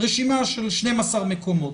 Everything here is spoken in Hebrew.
רשימה של 12 מקומות.